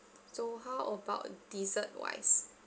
so how about dessert wise